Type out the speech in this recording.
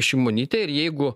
šimonytė ir jeigu